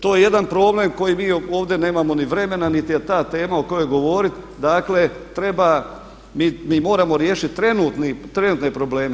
To je jedan problem koji mi ovdje nemamo ni vremena, niti je ta tema o kojoj govoriti, dakle treba, mi moramo riješiti trenutne probleme.